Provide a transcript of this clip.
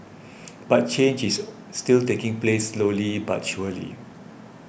but change is still taking place slowly but surely